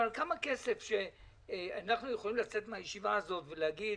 כדי שנוכל לצאת מן הישיבה הזאת ולהגיד